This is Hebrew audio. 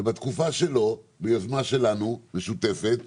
ובתקופה שלו, ביוזמה שלנו, משותפת איתנו,